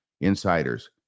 insiders